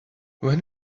when